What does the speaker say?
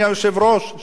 שאני מתפלא.